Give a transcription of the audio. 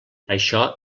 això